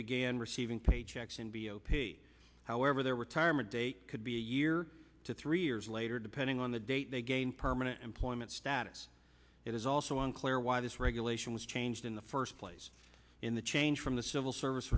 began receiving paychecks in b o p however their retirement date could be a year to three years later depending on the date they gain permanent employment status it is also unclear why this regulation was changed in the first place in the change from the civil service